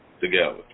together